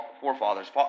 forefathers